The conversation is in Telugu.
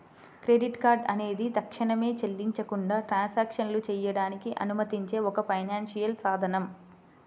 క్రెడిట్ కార్డ్ అనేది తక్షణమే చెల్లించకుండా ట్రాన్సాక్షన్లు చేయడానికి అనుమతించే ఒక ఫైనాన్షియల్ సాధనం